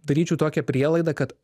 daryčiau tokią prielaidą kad